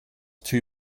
two